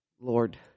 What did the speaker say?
Lord